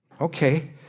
Okay